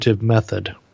method